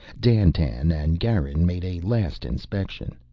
dandtan and garin made a last inspection.